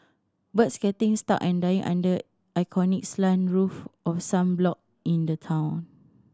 birds getting stuck and dying under iconic slanted roof of some block in the town